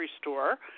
store